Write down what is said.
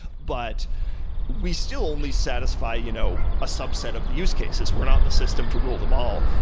but we still only satisfy you know a subset of the use cases. we're not the system to rule them all.